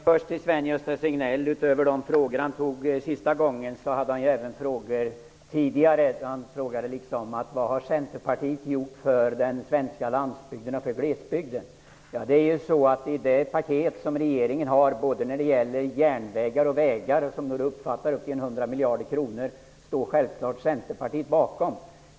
Herr talman! Utöver de frågor som Sven-Gösta Signell ställde i senaste inlägget hade han även tidigare frågor. Han frågade: Vad har Centerpartiet gjort för den svenska landsbygden och för glesbygden? Centerpartiet står självfallet bakom det paket som regeringen har lagt fram när det gäller både järnvägar och vägar, och som omfattar upp till 100 miljarder kronor.